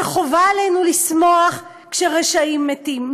שחובה עלינו לשמוח כשרשעים מתים?